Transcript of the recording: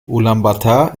ulaanbaatar